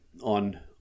on